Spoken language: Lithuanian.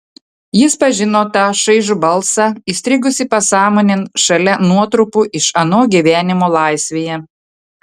jis pažino tą šaižų balsą įstrigusį pasąmonėn šalia nuotrupų iš ano gyvenimo laisvėje